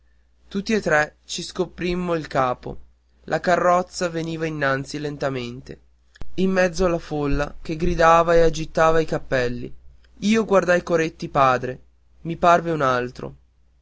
tutti e tre ci scoprimmo il capo la carrozza veniva innanzi lentamente in mezzo alla folla che gridava e agitava i cappelli io guardai coretti padre i parve un altro